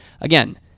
again